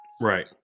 Right